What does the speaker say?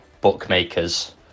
bookmakers